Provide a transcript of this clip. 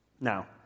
Now